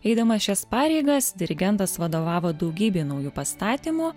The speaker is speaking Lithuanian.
eidamas šias pareigas dirigentas vadovavo daugybei naujų pastatymų